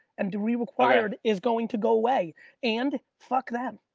and duly required is going to go away and fuck them.